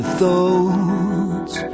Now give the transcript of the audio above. thoughts